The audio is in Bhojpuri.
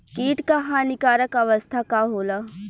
कीट क हानिकारक अवस्था का होला?